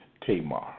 Tamar